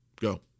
Go